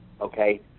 okay